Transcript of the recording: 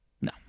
No